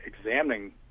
examining